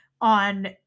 on